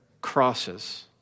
crosses